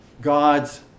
God's